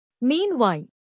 Meanwhile